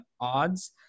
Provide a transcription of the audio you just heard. odds